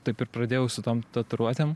taip ir pradėjau su tom tatuiruotėm